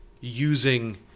using